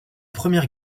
première